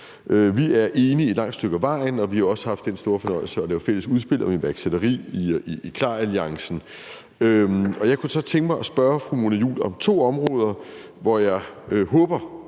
Vi er enige et langt stykke ad vejen, og vi har også haft den store fornøjelse at lave et fælles udspil om iværksætteri i KLAR-alliancen. Jeg kunne så tænke mig at spørge fru Mona Juul om to områder, hvor jeg håber